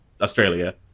Australia